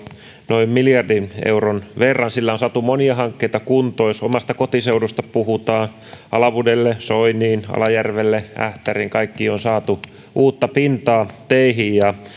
noin miljardin euron verran sillä on saatu monia hankkeita kuntoon jos omasta kotiseudusta puhutaan niin alavudelle soiniin alajärvelle ähtäriin näihin kaikkiin on saatu uutta pintaa teihin ja on saatu